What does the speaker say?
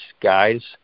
guys